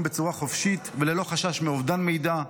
בצורה חופשית וללא חשש מאובדן מידע.